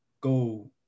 go